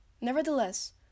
Nevertheless